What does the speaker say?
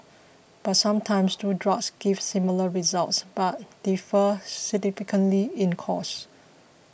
but sometimes two drugs give similar results but differ significantly in costs